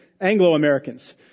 Anglo-Americans